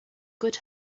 good